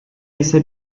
ise